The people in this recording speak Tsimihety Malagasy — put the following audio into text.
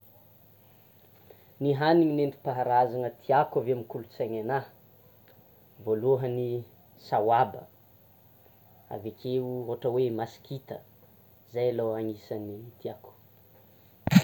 Ny hanina nentim-paharazana tiako avy amin'ny kolontainahy, voalohany saoba, avekeo ohatra hoe: masikita zay lôha anisan'ny tiako.